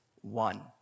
one